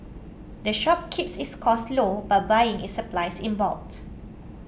the shop keeps its costs low by buying its supplies in bulk